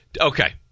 Okay